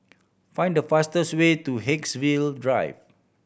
find the fastest way to Haigsville Drive